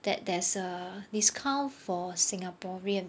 that there's a discount for singaporean